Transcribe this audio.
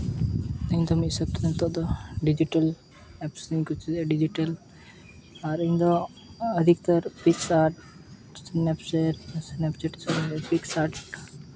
ᱤᱧᱫᱚ ᱢᱤᱫ ᱦᱤᱥᱟᱹᱵ ᱛᱮ ᱱᱤᱛᱚᱜ ᱫᱚ ᱰᱤᱡᱤᱴᱮᱞ ᱮᱯᱥ ᱤᱧ ᱠᱩᱥᱤᱭᱟᱜᱼᱟ ᱰᱤᱡᱤᱴᱟᱞ ᱟᱨ ᱤᱧᱫᱚ ᱟᱹᱰᱤ ᱩᱛᱟᱹᱨ ᱥᱱᱮᱯᱪᱮᱴ